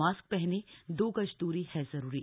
mask पहनें दो गज दूरी है जरूरी